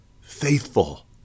faithful